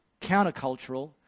countercultural